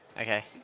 Okay